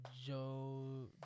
Joe